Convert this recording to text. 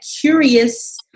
curious